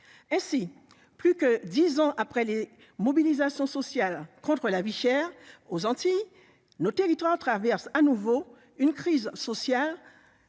Ainsi, plus de dix ans après les mobilisations sociales contre la vie chère aux Antilles, nos territoires traversent de nouveau une crise sociale